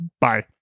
Bye